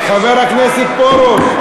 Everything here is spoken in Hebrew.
חבר הכנסת פרוש,